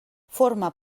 forma